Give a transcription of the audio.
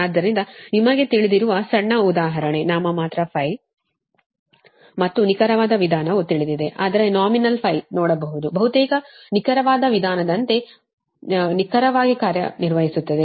ಆದ್ದರಿಂದ ನಿಮಗೆ ತಿಳಿದಿರುವ ಸಣ್ಣ ಉದಾಹರಣೆ ನಾಮಮಾತ್ರ ಮತ್ತು ನಿಖರವಾದ ವಿಧಾನವು ತಿಳಿದಿದೆ ಆದರೆ ನಾಮಿನಲ್ವನ್ನು ನೋಡಬಹುದು ಬಹುತೇಕ ನಿಖರವಾದ ವಿಧಾನದಂತೆ ನಿಖರವಾಗಿ ಕಾರ್ಯನಿರ್ವಹಿಸುತ್ತದೆ